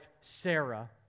Sarah